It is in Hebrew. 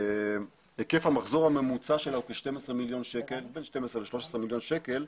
היקף המחזור הממוצע שלנו הוא בין 12 ל-13 מיליון שקל,